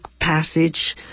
passage